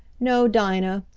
no, dinah,